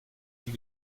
die